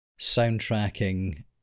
soundtracking